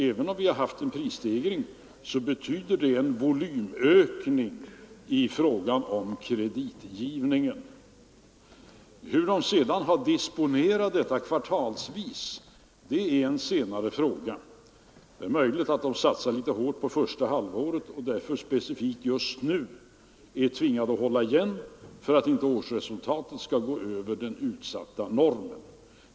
Även om vi haft en prisstegring betyder det en volymökning för kreditgivningen. Hur affärsbankerna har disponerat denna ökning kvartalsvis är en senare fråga. Det är möjligt att de satsat särskilt hårt på första halvåret och därför just nu är tvingade att hålla igen för att inte årsresultatet skall överstiga den utsatta normen.